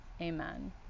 Amen